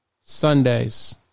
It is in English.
Sundays